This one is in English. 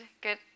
good